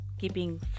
keeping